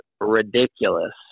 ridiculous